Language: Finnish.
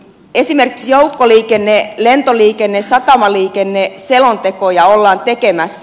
esimerkiksi joukkoliikenne lentoliikenne satamaliikenneselontekoja ollaan tekemässä